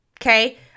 Okay